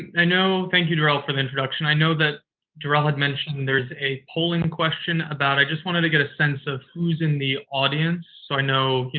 i know. thank you, de'rell, for the introduction. i know that de'rell had mentioned there's a polling question about. i just wanted to get a sense of who's in the audience so i know, you